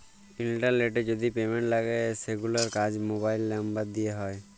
ইলটারলেটে যদি পেমেল্ট লাগে সেগুলার কাজ মোবাইল লামবার দ্যিয়ে হয়